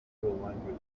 two